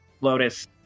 Lotus